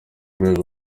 rwego